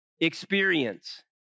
experience